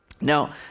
Now